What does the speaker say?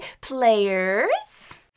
Players